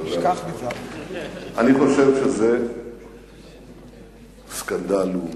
אני חושב שזה סקנדל לאומי.